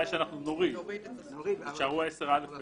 נוריד את (ג), אז יישארו 10(א)